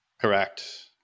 Correct